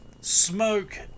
smoke